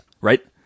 right